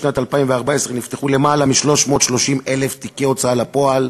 בשנת 2014 נפתחו למעלה מ-330,000 תיקי הוצאה לפועל